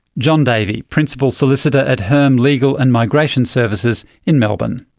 john davey, principal solicitor at herm legal and migration services in melbourne.